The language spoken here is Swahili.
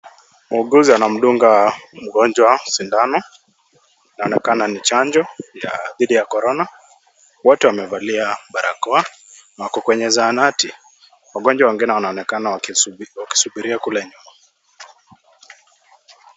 Muuguzi anamdunga mgonjwa sindano, inaonekana ni chanjo dhidi ya korona, wote wamevalia barakoa na wako kwenye zahanati, wagonjwa wengine wanaonekana wakisubiria kule nyuma.